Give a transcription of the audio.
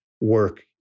work